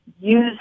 use